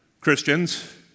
Christians